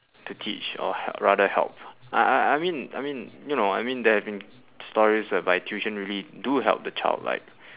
to teach or h~ rather help I I I mean I mean you know I mean there have been stories whereby tuition really do help the child like